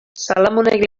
salamonek